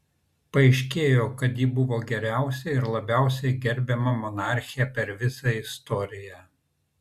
paaiškėjo kad ji buvo geriausia ir labiausiai gerbiama monarchė per visą istoriją